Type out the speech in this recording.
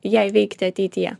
jai veikti ateityje